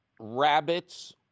rabbits